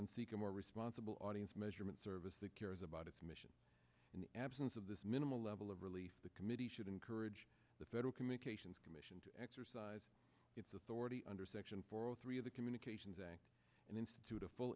and seek a more responsible audience measurement service that cares about its mission in the absence of this minimal level of relief the committee should encourage the federal communications commission to exercise its authority under section four zero three of the communications act and institute a full